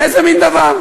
איזה מין דבר?